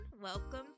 welcome